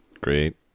great